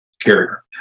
carrier